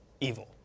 evil